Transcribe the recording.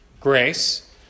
grace